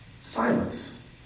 Silence